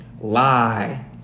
lie